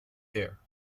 there